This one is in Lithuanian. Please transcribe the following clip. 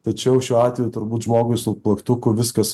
tačiau šiuo atveju turbūt žmogui su plaktuku viskas